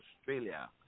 Australia